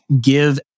give